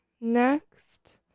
Next